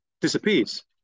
disappears